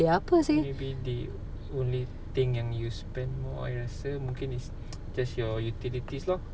maybe the only thing yang you spend more I rasa mungkin is just your utilities lor